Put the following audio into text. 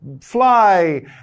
fly